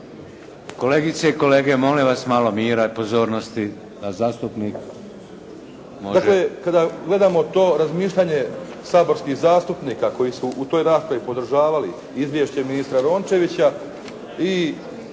Kolegice i kolege, molim vas malo mira i pozornosti